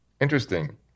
Interesting